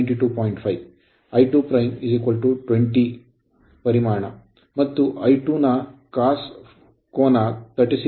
5 I2 20 ಪರಿಮಾಣ ಮತ್ತು I2 ನ ಕಾಸ್ ಕೋನ 36